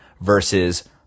versus